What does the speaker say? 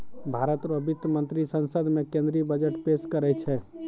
भारत रो वित्त मंत्री संसद मे केंद्रीय बजट पेस करै छै